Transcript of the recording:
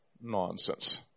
Nonsense